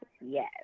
yes